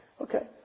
Okay